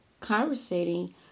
conversating